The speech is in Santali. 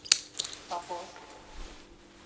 ᱛᱟᱯᱚᱥ